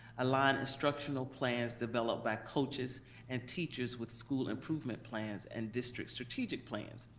a line instructional plans developed by coaches and teachers with school improvement plans and district strategic plans